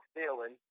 feeling